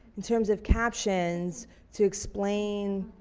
in terms of captions to explain